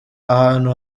ahantu